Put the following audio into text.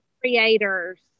creators